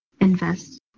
invest